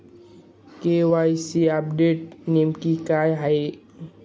KYC update नेमके काय आहे?